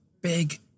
big